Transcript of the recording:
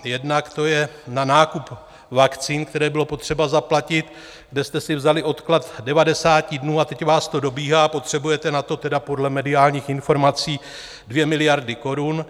Jednak to je na nákup vakcín, které bylo potřeba zaplatit, kde jste si vzali odklad 90 dnů a teď vás to dobíhá, potřebujete na to podle mediálních informací 2 miliardy korun.